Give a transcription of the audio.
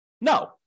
No